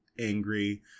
angry